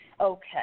Okay